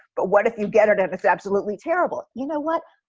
but what if you get it and it's absolutely terrible? you know what?